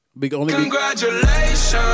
Congratulations